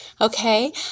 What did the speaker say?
Okay